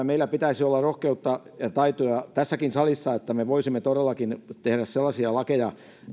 meillä pitäisi olla rohkeutta ja taitoja tässäkin salissa niin että me voisimme todellakin tehdä sellaisia lakeja